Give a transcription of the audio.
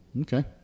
Okay